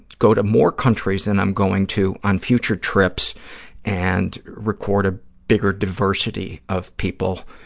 go to more countries than i'm going to on future trips and record a bigger diversity of people,